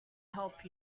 help